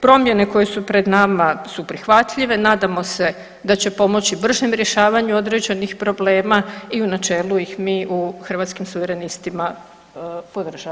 Promjene koje su pred nama su prihvatljive, nadamo se da će pomoći bržem rješavanju određenih problema i u načelu ih mi u Hrvatskim suverenistima podržavamo.